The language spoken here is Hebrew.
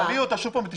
תביאי אותה שוב ותשמעי.